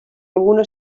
alguna